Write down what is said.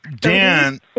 Dan